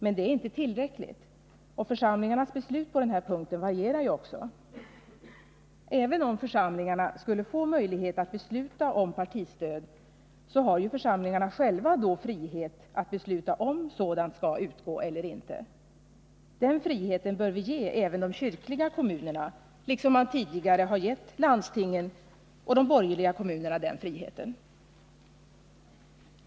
Men detta är inte tillräckligt, och församlingarnas beslut på den här punkten varierar ju också. Även om församlingarna skulle få möjlighet att besluta om partistöd, så har ju församlingarna själva då frihet att besluta om sådant skall utgå eller inte. 35 mäktige att besluta om partistöd Den friheten bör vi ge även de kyrkliga kommunerna, liksom man tidigare har gett landstingen och de borgerliga kommunerna den friheten.